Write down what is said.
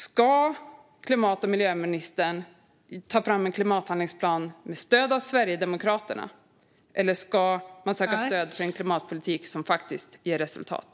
Ska klimat och miljöministern ta fram en klimathandlingsplan med stöd av Sverigedemokraterna, eller ska hon söka stöd för en klimatpolitik som faktiskt ger resultat?